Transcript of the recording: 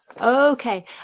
okay